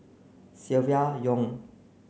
Silvia Yong